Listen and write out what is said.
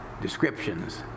descriptions